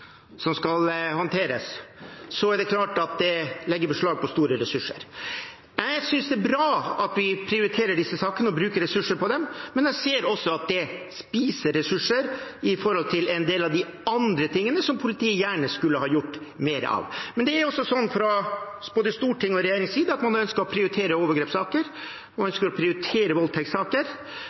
som skal håndteres, er det klart at det legger beslag på store ressurser. Jeg synes det er bra at vi prioriterer disse sakene og bruker ressurser på dem, men jeg ser også at det spiser ressurser i forhold til en del av de andre tingene som politiet gjerne skulle gjort mer av. Men man har altså fra både Stortingets og regjeringens side ønsket å prioritere overgrepssaker, man ønsker å prioritere voldtektssaker, og da må politiet prioritere